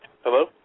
Hello